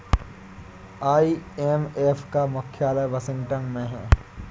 IMF का मुख्यालय Washington में है